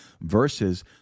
verses